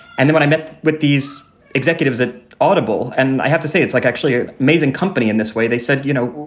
and then when i met with these executives at audible, and i have to say, it's like actually an amazing company in this way. they said, you know,